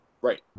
Right